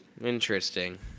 interesting